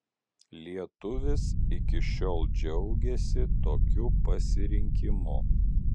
lietuvis iki šiol džiaugiasi tokiu pasirinkimu